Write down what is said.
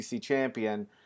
champion